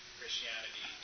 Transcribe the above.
Christianity